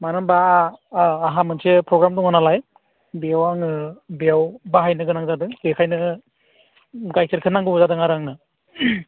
मानो होमब्ला अ आंहा मोनसे प्रग्राम दङ नालाय बेयाव आङो बेयाव बाहायनो गोनां जादों बेखायनो गाइखेरखो नांगौ जादों आरो आंनो